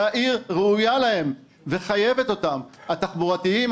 שהעיר ראויה להם וחייבת אותם התחבורתיים,